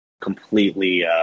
completely –